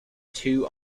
two